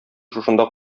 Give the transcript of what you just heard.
шушында